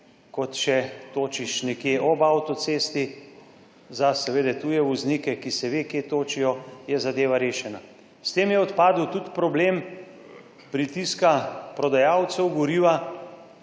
kot če točiš nekje ob avtocesti. Za seveda tuje voznike, ki se ve, kje točijo, je zadeva rešena. S tem je odpadel tudi problem pritiska prodajalcev goriva